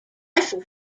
rifle